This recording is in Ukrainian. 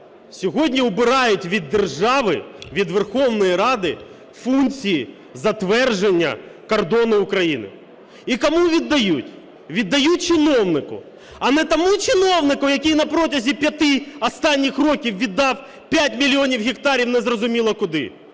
Сьогодні убирають від держави, від Верховної Ради функції затвердження кордону України. І кому віддають? Віддають чиновнику. А не тому чиновнику, який на протязі п'яти останні років віддав 5 мільйонів гектарів не зрозуміло куди?